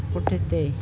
पुठिते